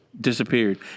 disappeared